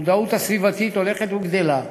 המודעות הסביבתית הולכת וגדלה,